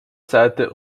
seite